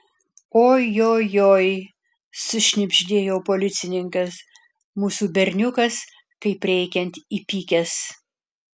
ojojoi sušnibždėjo policininkas mūsų berniukas kaip reikiant įpykęs